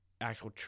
actual